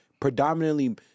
predominantly